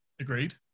Agreed